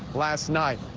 last night.